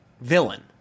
villain